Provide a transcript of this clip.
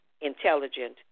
intelligent